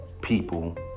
People